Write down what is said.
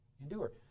endure